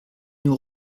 nous